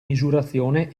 misurazione